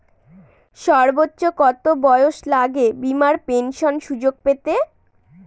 সর্বোচ্চ কত বয়স লাগে বীমার পেনশন সুযোগ পেতে?